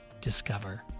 discover